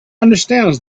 understands